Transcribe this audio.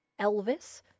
Elvis